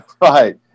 Right